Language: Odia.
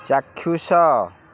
ଚାକ୍ଷୁଷ